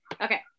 Okay